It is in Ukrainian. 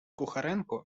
кухаренко